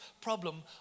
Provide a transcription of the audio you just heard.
problem